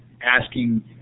asking